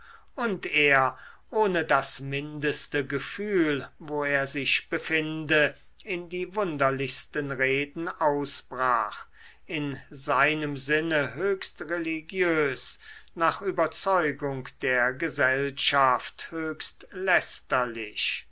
und er ohne das mindeste gefühl wo er sich befinde in die wunderlichsten reden ausbrach in seinem sinne höchst religiös nach überzeugung der gesellschaft